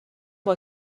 اون